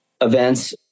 events